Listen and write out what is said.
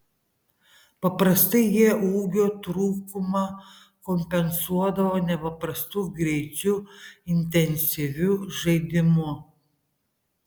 paprastai jie ūgio trūkumą kompensuodavo nepaprastu greičiu intensyviu žaidimu